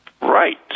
Right